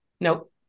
Nope